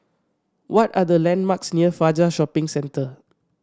what are the landmarks near Fajar Shopping Centre